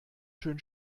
schön